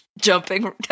jumping